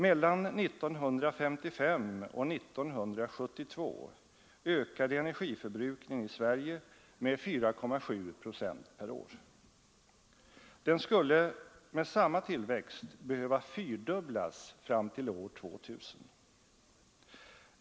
Mellan 1955 och 1972 ökade energiförbrukningen i Sverige med 4,7 procent per år. Den skulle med samma tillväxt behöva fyrdubblas fram till år 2000.